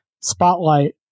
spotlight